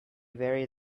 very